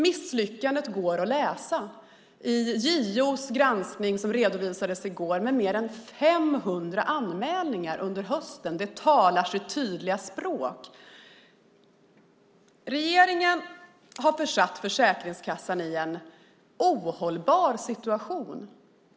Misslyckandet går att läsa i JO:s granskning som redovisades i går med anledning av att det har kommit in mer än 500 anmälningar under hösten. Det talar sitt tydliga språk. Regeringen har försatt Försäkringskassan i en ohållbar situation.